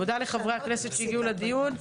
תודה לחברי הכנסת שהגיעו לדיון.